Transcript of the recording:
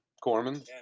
Corman